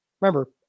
Remember